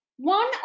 One